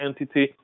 entity